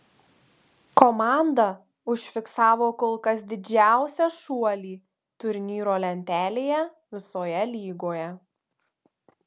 komanda užfiksavo kol kas didžiausią šuolį turnyro lentelėje visoje lygoje